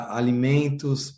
alimentos